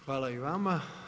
Hvala i vama.